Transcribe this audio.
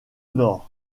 nord